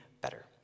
better